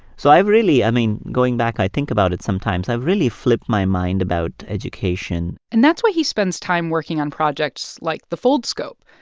so i really, i mean, going back, i think about it sometimes i really flipped my mind about education and that's why he spends time working on projects like the foldscope.